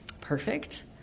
perfect